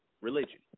religion